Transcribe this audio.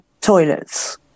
toilets